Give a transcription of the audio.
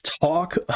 talk